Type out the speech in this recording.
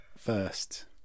First